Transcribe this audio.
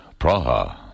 Praha